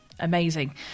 Amazing